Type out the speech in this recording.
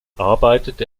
arbeitete